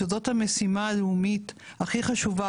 שזאת המשימה הלאומית הכי חשובה.